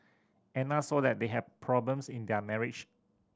Anna saw that they had problems in their marriage